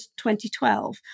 2012